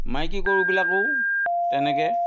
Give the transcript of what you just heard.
মাইকী গৰুবিলাকো তেনেকৈ